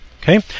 okay